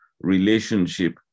relationship